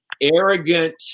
arrogant